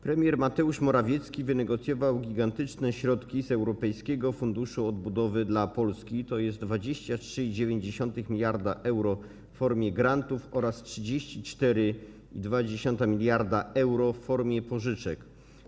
Premier Mateusz Morawiecki wynegocjował gigantyczne środki z Europejskiego Funduszu Odbudowy dla Polski, to jest 23,9 mld euro w formie grantów oraz 34,2 mld euro w formie pożyczek.